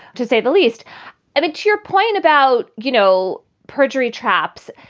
to say the least of it, to your point about, you know, perjury traps.